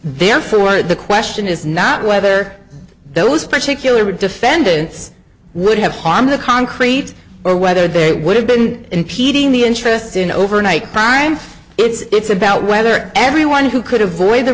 forward the question is not whether those particular defendants would have harmed the concrete or whether they would have been impeding the interest in overnight crime it's about whether everyone who could avoid the